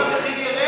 צעירים המחיר ירד.